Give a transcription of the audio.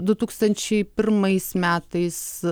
du tūkstančiai pirmais metais